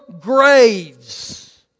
graves